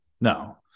no